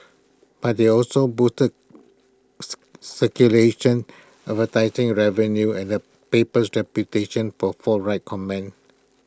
but they also boosted circulation advertising revenue and the paper's reputation for forthright comment